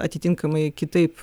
atitinkamai kitaip